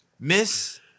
Miss